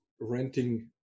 renting